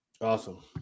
Awesome